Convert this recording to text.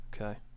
Okay